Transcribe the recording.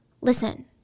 Listen